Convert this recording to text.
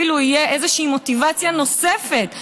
אפילו תהיה איזושהי מוטיבציה נוספת לפגע,